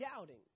doubting